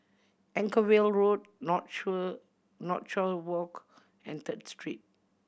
Anchorvale Walk Northshore Northshore Walk and Third Street